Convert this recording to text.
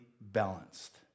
balanced